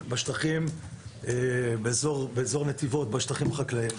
בשטחים באזור נתיבות בשטחים החקלאים.